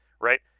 right